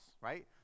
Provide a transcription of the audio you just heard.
right